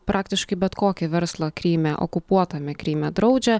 praktiškai bet kokį verslą kryme okupuotame kryme draudžia